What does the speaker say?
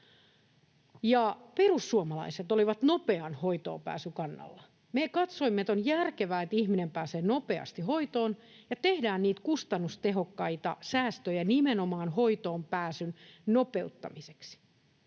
perussuomalaiset olivat nopean hoitoonpääsyn kannalla. Me katsoimme, että on järkevää, että ihminen pääsee nopeasti hoitoon, ja tehdään niitä kustannustehokkaita säästöjä nimenomaan hoitoonpääsyn nopeuttamiseksi.